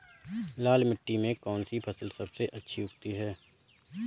लाल मिट्टी में कौन सी फसल सबसे अच्छी उगती है?